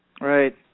right